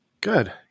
Good